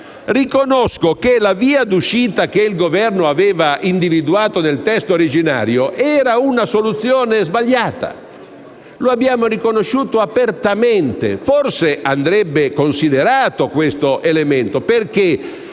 Riconosco che la via d'uscita che il Governo aveva individuato nel testo originario era una soluzione sbagliata; l'abbiamo riconosciuto apertamente. Forse andrebbe considerato questo elemento, perché